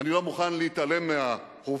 אני לא מוכן להתעלם מההיסטוריה,